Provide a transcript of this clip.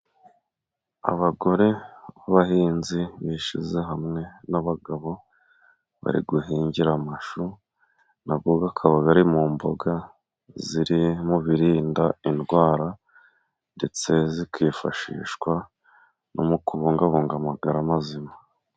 Abagore b'abahinzi bishyize hamwe n'abagabo bari guhingira amashu nabo bakaba bari mu mboga ziri mu birinda indwara ndetse zikifashishwa no mu kubungabunga amagara mazima.